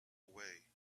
away